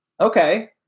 Okay